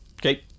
Okay